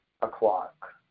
o'clock